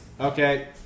Okay